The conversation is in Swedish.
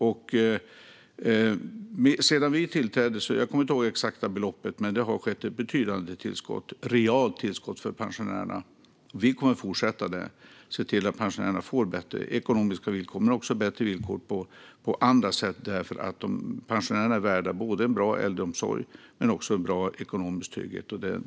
Jag kommer inte ihåg det exakta beloppet, men sedan vi tillträdde har pensionärerna fått ett betydande realt tillskott. Vi kommer att fortsätta att se till att pensionärerna får bättre ekonomiska villkor men också bättre villkor på andra sätt, för pensionärerna är värda både en bra äldreomsorg och god ekonomisk trygghet.